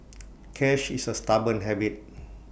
cash is A stubborn habit